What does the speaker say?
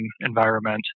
environment